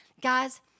Guys